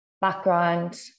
background